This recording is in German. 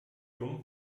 dumm